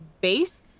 base